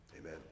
Amen